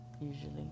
usually